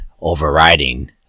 overriding